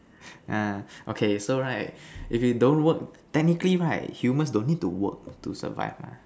uh okay so right if you don't work technically right humans don't need to work to survive lah